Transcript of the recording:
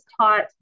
taught